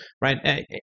right